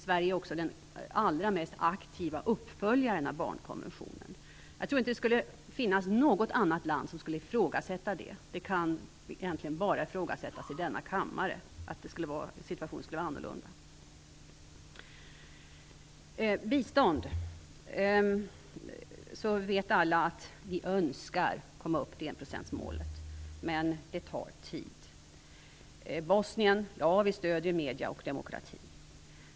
Sverige är också aktivast med att följa upp barnkonventionen. Jag tror inte att det finns något annat land som skulle ifrågasätta det. Det är egentligen bara i denna kammare som det kan ifrågasättas. Det är bara i denna kammare som man kan påstå att situationen är annorlunda. Alla vet att vi önskar komma upp till enprocentsmålet för biståndet, men det tar tid. I Bosnien stöder vi medier och demokrati.